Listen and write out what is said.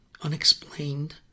unexplained